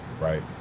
right